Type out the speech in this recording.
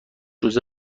روز